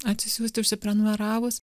atsisiųsti užsiprenumeravus